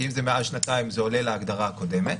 כי אם זה מעל שנתיים זה עולה להגדרה הקודמת.